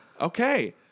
Okay